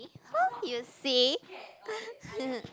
!huh! you see